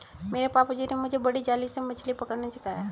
मेरे पापा जी ने मुझे बड़ी जाली से मछली पकड़ना सिखाया